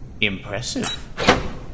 Impressive